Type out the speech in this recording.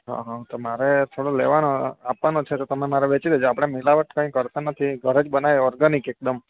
હા હા તો મારે થોડો લેવાનો આપવાનો છે તો તમે મારો તમે વેચી દેજો આપડે મિલાવટ કઈ કરતા નથી ઘરે જ બનાવ્યો ઓર્ગેનિક એકદમ